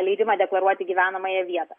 leidimą deklaruoti gyvenamąją vietą